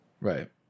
right